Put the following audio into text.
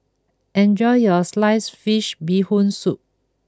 enjoy your Sliced Fish Bee Hoon Soup